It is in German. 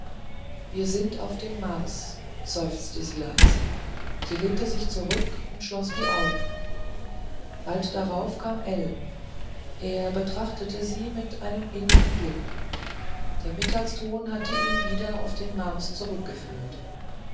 wir sind auf dem mars seufzte sie leise sie lehnte sich zurück und schloß die augen bald darauf kam ell er betrachtete sie mit einem innigen blick der mittagston hatte ihn wieder auf den mars zurückgeführt